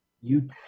You-